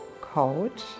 coach